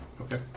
Okay